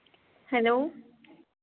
hello